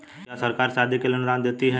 क्या सरकार शादी के लिए अनुदान देती है?